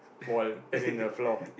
wall as in the floor